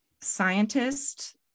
scientist